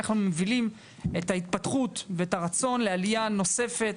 איך אנחנו מובילים את ההתפתחות ואת הרצון לעלייה נוספת,